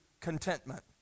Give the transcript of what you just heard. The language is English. contentment